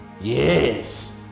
Yes